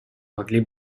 могли